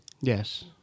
Yes